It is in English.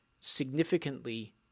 significantly